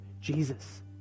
Jesus